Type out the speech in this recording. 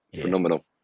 phenomenal